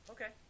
Okay